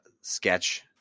sketch